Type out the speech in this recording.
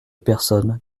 personnes